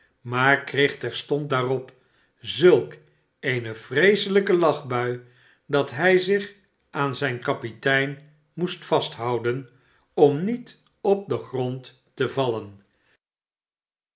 maar kreeg terstond daarop zulk eene vreeselijke lachbui dat hij zich aan zijn kapitem moest vasthouden om niet op den grond te vallen